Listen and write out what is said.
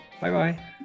Bye-bye